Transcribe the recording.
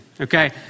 Okay